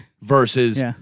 versus